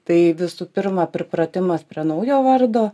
tai visų pirma pripratimas prie naujo vardo